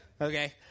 Okay